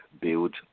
build